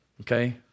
okay